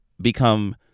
become